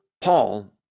Paul